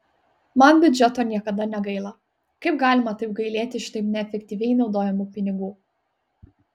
man biudžeto niekada negaila kaip galima taip gailėti šitaip neefektyviai naudojamų pinigų